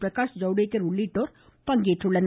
பிரகாஷ் ஜவ்டேகர் உள்ளிட்டோர் பங்கேற்றுள்ளனர்